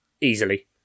easily